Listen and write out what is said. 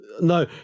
No